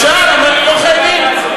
אפשר, אבל לא חייבים.